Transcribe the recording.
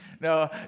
No